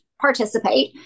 participate